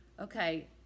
Okay